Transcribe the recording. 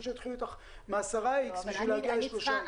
שיתחילו אתך מ-10 "איקס" בשביל להגיע ל-3 "איקס".